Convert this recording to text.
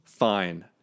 Fine